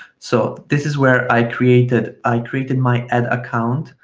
so this is where i created i created my ad account.